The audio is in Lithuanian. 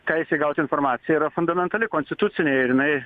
teisė gauti informaciją yra fundamentali konstitucinė ir jinai